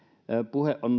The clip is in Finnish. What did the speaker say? puhe on